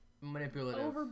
Manipulative